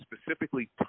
specifically